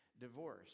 divorce